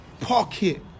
pocket